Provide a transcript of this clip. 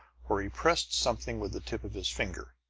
where he pressed something with the tip of his finger.